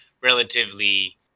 relatively